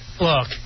Look